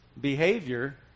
behavior